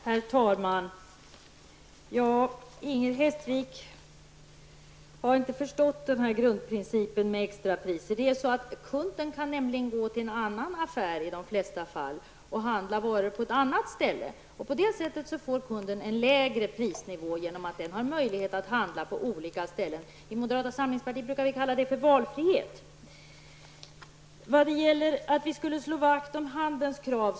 Herr talman! Inger Hestvik har inte förstått grundprincipen med extrapriser. Kunden kan nämligen gå till en annan affär i de flesta fall och handla varor på ett annat ställe. På det sättet får kunden en lägre prisnivå genom denna möjlighet att handla på olika ställen. I moderata samlingspartiet brukar vi kalla det för valfrihet. Det förhåller sig inte så att vi slår vakt om handelns krav.